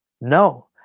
no